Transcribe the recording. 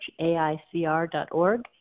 AICR.org